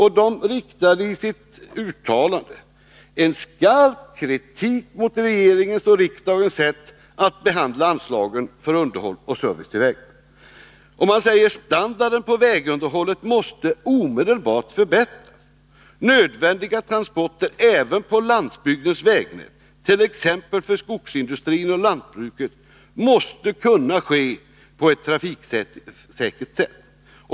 Man riktade i ett uttalande skarp kritik mot regeringens och riksdagens sätt att behandla anslagen för underhåll och service på vägarna. Man sade: Standarden på vägunderhållet måste omedelbart förbättras. Nödvändiga transporter, även på landsbygdens vägnät, t.ex. för skogsindustrin och lantbruket, måste kunna ske på ett trafiksäkert sätt.